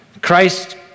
Christ